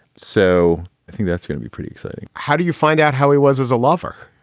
so i think that's going to be pretty exciting how do you find out how he was as a lover?